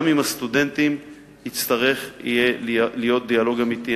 גם עם הסטודנטים יצטרך להיות דיאלוג אמיתי.